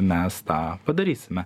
mes tą padarysime